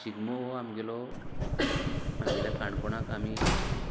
शिगमो हो आमगेलो आमगेल्या काणकोणांत आमी